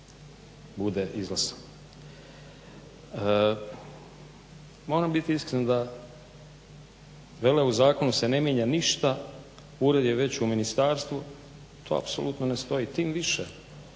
bude izglasan. Moram bit iskren da, vele u zakonu se ne mijenja ništa. Ured je već u ministarstvu. To apsolutno ne stoji tim više,